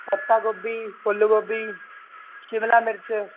ਪੱਤਾ ਗੋਭੀ ਫੁੱਲ ਗੋਭੀ ਸ਼ਿਮਲਾ ਮਿਰਚ